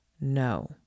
NO